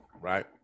right